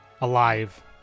alive